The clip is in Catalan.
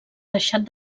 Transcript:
deixat